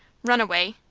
run away,